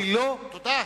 אני לא, תודה,